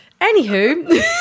Anywho